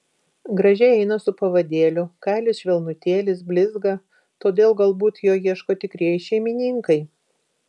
gražiai eina su pavadėliu kailis švelnutėlis blizga todėl galbūt jo ieško tikrieji šeimininkai